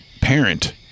parent